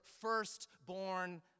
firstborn